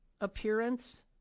appearance